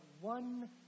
one